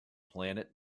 planet